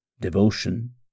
devotion